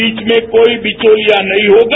बीच में कोई बिचौलिया नहीं होगा